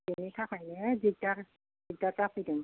बेनिथाखायनो दिग्दार जाफैदों